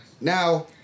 now